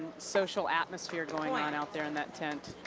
social atmosphere going on out there in that tent.